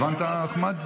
הבנת, אחמד?